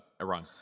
Iran